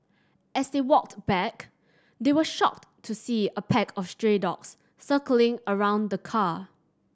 as they walked back they were shocked to see a pack of stray dogs circling around the car